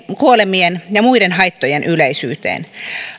kuolemien ja muiden haittojen yleisyyteen